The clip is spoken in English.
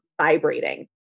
vibrating